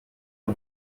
w’u